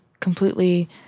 completely